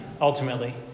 ultimately